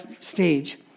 stage